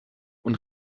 und